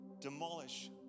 demolish